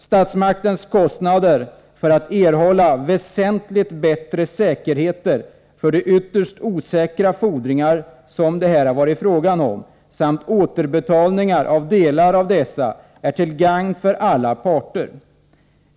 Statsmaktens kostnader för att erhålla väsentligt bättre säkerheter för de ytterst osäkra fordringar som det här varit fråga om samt återbetalning av delar av dessa är till gagn för alla parter.